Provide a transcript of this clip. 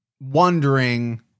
wondering